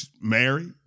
Married